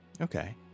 Okay